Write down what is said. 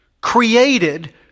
created